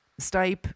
Stipe